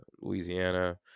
Louisiana